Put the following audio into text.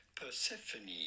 Persephone